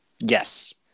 Yes